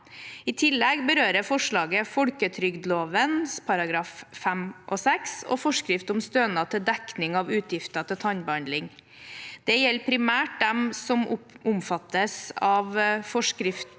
I tillegg berører forslaget folketrygdloven § 5-6 og forskrift om stønad til dekning av utgifter til tannbehandling. Det gjelder primært dem som omfattes av forskriften